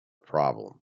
problem